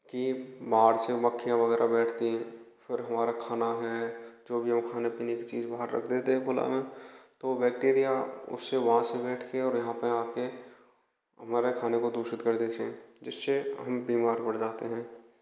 की मार्च में मक्खियाँ वगैरह बैठती हैं फिर हमारा खाना है जो भी हम खाने पीने की चीज बाहर रख देते हैं खुला में तो बैक्टीरिया उससे वहाँ से बैठ के और यहाँ पे आके हमारे खाने को दूषित कर देती है जिससे हम बीमार पड़ जाते हैं